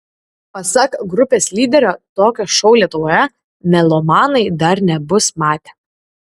pasak grupės lyderio tokio šou lietuvoje melomanai dar nebus matę